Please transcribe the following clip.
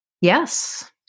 Yes